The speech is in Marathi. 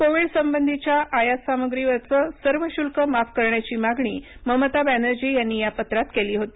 कोविड संबंधिच्या आयात सामग्रीवरचं सर्व शुल्क माफ करण्याची मागणी ममता बॅनर्जी यांनी या पत्रात केली होती